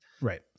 right